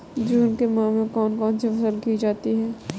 जून के माह में कौन कौन सी फसलें की जाती हैं?